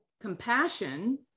compassion